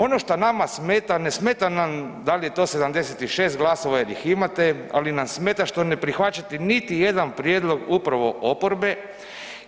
Ono što nama smeta, ne smeta nam dal je to 76 glasova jel ih imate, ali nas smeta što ne prihvaćate niti jedan prijedlog upravo oporbe